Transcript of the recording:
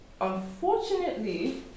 unfortunately